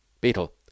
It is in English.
Beetle